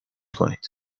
کنید